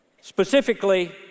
specifically